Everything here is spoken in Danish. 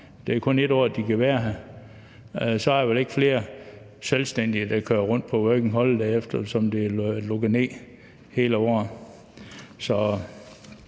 Det er kun 1 år, de kan være her. Så er der vel ikke flere selvstændige, der kører rundt under working holiday, eftersom det er lukket ned hele året.